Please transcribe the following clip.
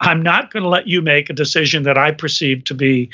i'm not gonna let you make a decision that i perceive to be